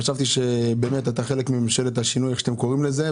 חשבתי שאתה כחלק מממשל השינוי כפי שאתם קוראים לה,